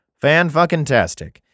Fan-fucking-tastic